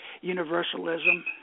universalism